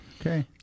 okay